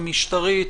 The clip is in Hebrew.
המשטרתית,